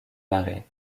marées